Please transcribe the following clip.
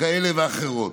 כאלה ואחרות.